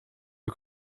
que